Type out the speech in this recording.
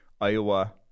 Iowa